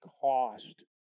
cost